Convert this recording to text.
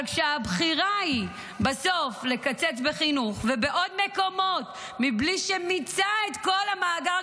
אבל כשהבחירה היא בסוף לקצץ בחינוך ובעוד מקומות בלי שמיצה את כל המאגר,